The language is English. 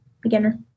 beginner